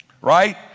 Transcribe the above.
Right